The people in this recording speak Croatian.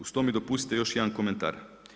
Uz to mi dopustite još jedan komentar.